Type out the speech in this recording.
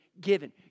given